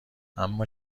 اما